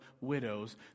widows